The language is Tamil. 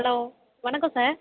ஹலோ வணக்கம் சார்